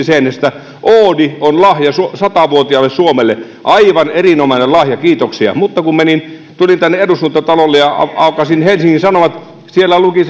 seinässä että oodi on lahja sata vuotiaalle suomelle aivan erinomainen lahja kiitoksia mutta kun tulin tänne eduskuntatalolle ja aukaisin helsingin sanomat siellä luki